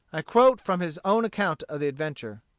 i quote from his own account of the adventure.